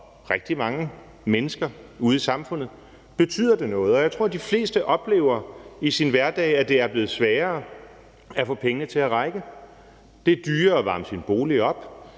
for rigtig mange andre mennesker ude i samfundet betyder det noget, og jeg tror, at de fleste oplever, at det i deres hverdag er blevet sværere at få pengene til at række, at det er dyrere at varme sin bolig op,